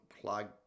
plugged